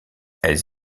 elles